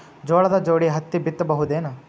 ಜೋಳದ ಜೋಡಿ ಹತ್ತಿ ಬಿತ್ತ ಬಹುದೇನು?